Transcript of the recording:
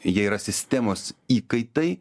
jie yra sistemos įkaitai